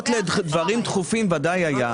היה.